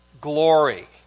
glory